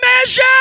measure